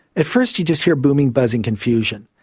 at first you just hear booming, buzzing confusion,